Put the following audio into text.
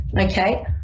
Okay